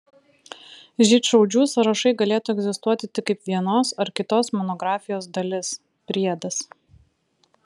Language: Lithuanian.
žydšaudžių sąrašai galėtų egzistuoti tik kaip vienos ar kitos monografijos dalis priedas